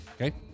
Okay